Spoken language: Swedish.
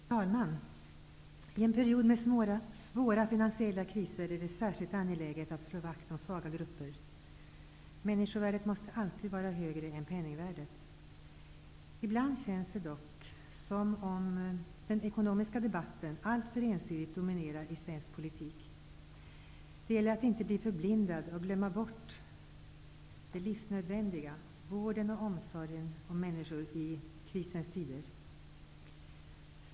Herr talman! I en period med svåra finansiella kriser är det särskilt angeläget att slå vakt om svaga grupper. Människovärdet måste alltid vara högre än penningvärdet. Ibland känns det dock som om den ekonomiska debatten alltför ensidigt dominerar i svensk politik. Det gäller att inte bli förblindad och att inte glömma bort det livsnöd vändiga -- vården och omsorgen för människor i krisens tider.